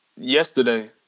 yesterday